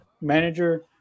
manager